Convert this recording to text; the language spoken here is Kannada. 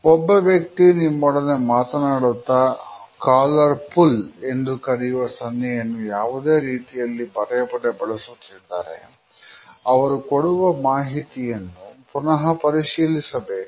ಒಬ್ಬ ವ್ಯಕ್ತಿ ನಿಮ್ಮೊಡನೆ ಮಾತನಾಡುತ್ತಾ ಕಾಲರ್ ಫುಲ್ ಎಂದು ಕರೆಯುವ ಸನ್ನೆಯನ್ನುಯಾವುದೇ ರೀತಿಯಲ್ಲಿ ಪದೇಪದೇ ಬಳಸುತ್ತಿದ್ದರೆ ಅವರು ಕೊಡುವ ಮಾಹಿತಿಯನ್ನು ಪುನಹ ಪರಿಶೀಲಿಸಬೇಕು